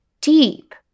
deep